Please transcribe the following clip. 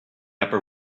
upper